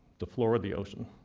the floor of the ocean.